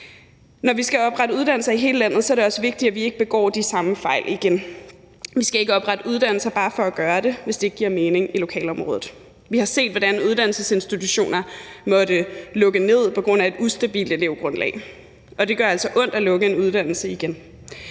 Når vi skal oprette uddannelser i hele landet, er det også vigtigt, at vi ikke begår de samme fejl igen. Vi skal ikke oprette uddannelser bare for at gøre det, hvis det ikke giver mening i lokalområdet. Vi har set, hvordan uddannelsesinstitutioner måtte lukke ned på grund af et ustabilt elevgrundlag, og det gør altså ondt at lukke en uddannelse igen.